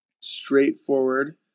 straightforward